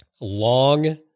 long